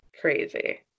Crazy